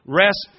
rest